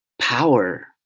power